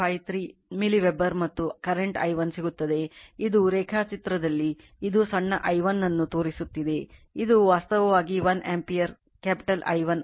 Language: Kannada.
453 ಮಿಲಿವೆಬರ್ ಮತ್ತು ಕರೆಂಟ್ i1 ಸಿಗುತ್ತದೆ ಇದು ರೇಖಾಚಿತ್ರದಲ್ಲಿ ಇದು ಸಣ್ಣ i1 ಅನ್ನು ತೋರಿಸುತ್ತಿದೆ ಇದು ವಾಸ್ತವವಾಗಿ 1 ಆಂಪಿಯರ್ ಕ್ಯಾಪಿಟಲ್ I1 ಅಲ್ಲ